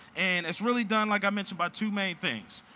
and it's really done like i mentioned by two main things,